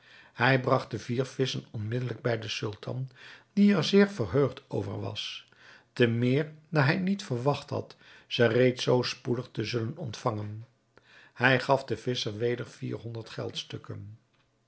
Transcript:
hij bragt de vier visschen onmiddelijk bij den sultan die er zeer verheugd over was te meer daar hij niet verwacht had ze reeds zoo spoedig te zullen ontvangen hij gaf den visscher weder